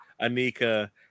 Anika